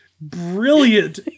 brilliant